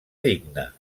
digna